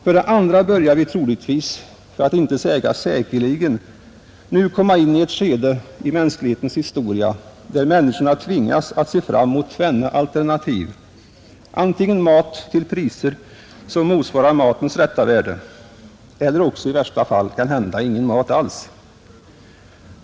För det andra börjar vi troligtvis, för att inte säga säkerligen, nu komma in i ett skede i mänsklighetens historia där människorna tvingas att se fram mot tvenne alternativ: antingen mat till priser, som motsvarar matens rätta värde, eller också i värsta fall kanhända ingen mat alls.